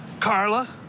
Carla